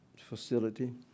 facility